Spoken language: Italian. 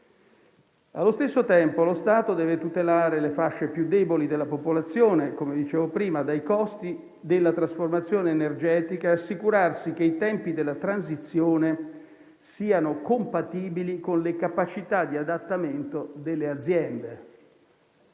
come dicevo prima, lo Stato deve tutelare le fasce più deboli della popolazione dai costi della trasformazione energetica e assicurarsi che i tempi della transizione siano compatibili con le capacità di adattamento delle aziende.